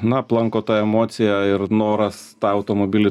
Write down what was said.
na aplanko ta emocija ir noras tą automobilį